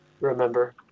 remember